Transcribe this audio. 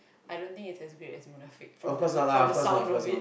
I don't think is as great as Munafik from the looks from the sound of it